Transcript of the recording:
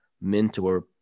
mentor